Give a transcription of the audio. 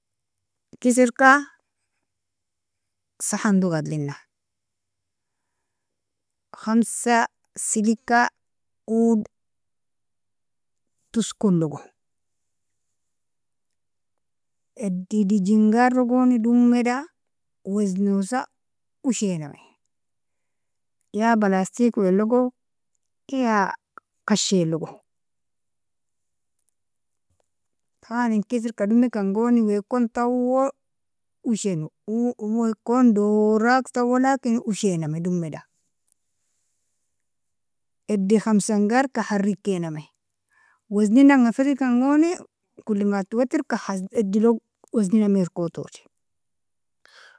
Kisirka, sahanlog adlina khamsa silika oud toskolgo edi dijengar logoni domida weznosa ushename, ya balastik welogo, ya kashelogo, taban in kisirka domekangoni wekon tawo ushen wekon dorak tawolakini ushename dummeda edi khamsangarka harrikename, wezninanga firgkangoni kulimatuwaterka edilog wezninami erkotwotidi.